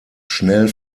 schnell